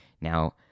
now